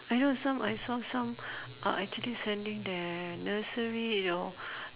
I know some I saw some are actually sending their nursery you know